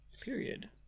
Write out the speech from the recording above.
period